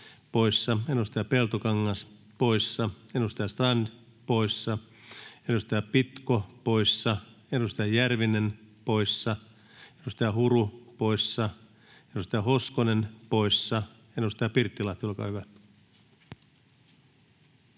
edustaja Peltokangas poissa, edustaja Strand poissa, edustaja Pitko poissa, edustaja Järvinen poissa, edustaja Huru poissa, edustaja Hoskonen poissa. — Edustaja Pirttilahti, olkaa hyvä.